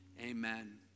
amen